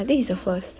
really ha